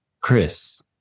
chris